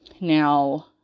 Now